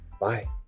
Bye